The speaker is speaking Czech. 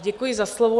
Děkuji za slovo.